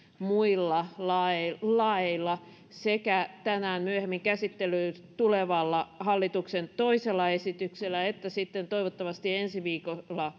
muilla laeilla laeilla sekä tänään myöhemmin käsittelyyn tulevalla hallituksen toisella esityksellä että sitten toivottavasti ensi viikolla